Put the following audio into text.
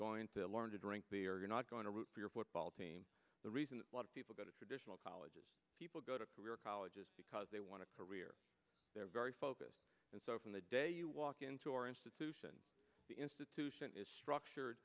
going to learn to drink beer you're not going to root for your football team the reason a lot of people go to traditional college is people go to career colleges because they want to career they're very focused and so from the day you walk into our institution the institution is structured